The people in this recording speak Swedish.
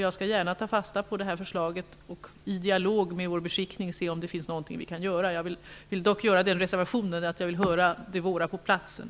jag skall gärna ta fasta på förslaget och i dialog med vår beskickning se om det finns något vi kan göra. Jag vill bara göra den reservationen att jag vill höra de våra på platsen.